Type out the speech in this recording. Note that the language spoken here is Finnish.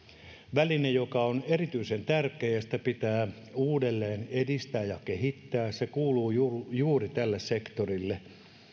väline joka on erityisen tärkeä ja jota pitää uudelleen edistää ja kehittää se kuuluu juuri tälle sektorille